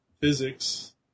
physics